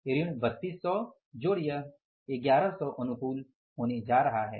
ऋण 3200 जोड़ यह 1100 अनुकूल होने जा रहा है